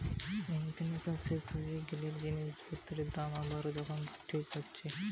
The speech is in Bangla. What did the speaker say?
ইনফ্লেশান শেষ হয়ে গ্যালে জিনিস পত্রের দাম আবার যখন ঠিক হচ্ছে